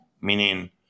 meaning